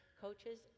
coaches